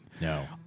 No